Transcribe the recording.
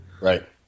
Right